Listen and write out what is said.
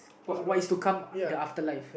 what what is to come the afterlife